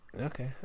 Okay